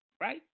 Right